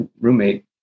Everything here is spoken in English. roommate